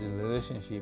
relationship